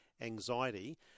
anxiety